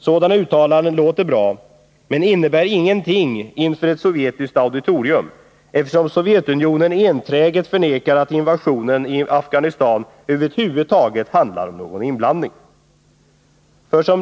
Sådana uttalanden låter bra, men innebär ingenting inför ett sovjetiskt auditorium, eftersom Sovjetunionen enträget förnekar att invasionen i Afghanistan över huvud taget handlar om någon inblandning.